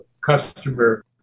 customer